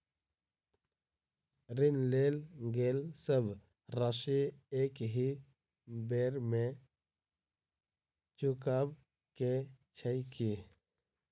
ऋण लेल गेल सब राशि एकहि बेर मे चुकाबऽ केँ छै की?